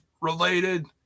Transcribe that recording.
related